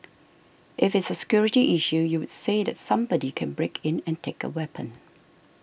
if it's security issue you would say that somebody can break in and take a weapon